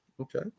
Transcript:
Okay